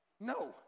No